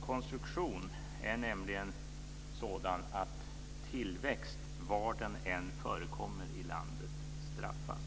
konstruktion är nämligen sådan att tillväxt, var den än förekommer i landet, straffas.